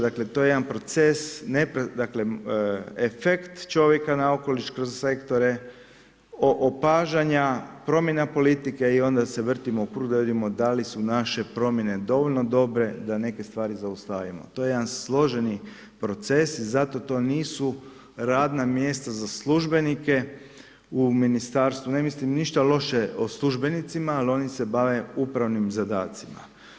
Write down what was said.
Dakle, to je jedan proces, dakle efekt čovjeka na okoliš kroz sektore o opažanju promjena politike i onda se vrtimo u krug da vidimo da li su naše promjene dovoljno dobre da neke stvari zaustavimo to je jedan složeni proces zato to nisu radna mjesta za službenike u ministarstvu, ne mislim ništa loše o službenicima ali oni se bave upravnim zadacima.